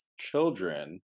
children